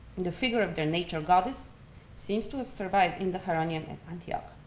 and the figure of their nature goddess seems to have survived in the charonion in antioch.